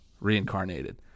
reincarnated